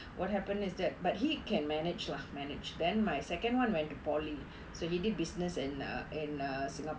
what happen is that but he can manage lah manage then my second [one] went to polytechnic so he did business in err in err singapore